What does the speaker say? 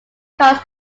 cause